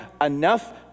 enough